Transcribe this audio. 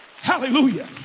Hallelujah